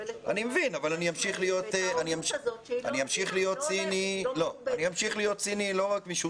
אני מבין אבל אני אמשיך להיות ציני לא רק משום